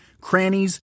crannies